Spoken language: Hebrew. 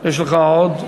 יש לך עוד.